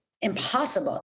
impossible